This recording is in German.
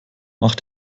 mach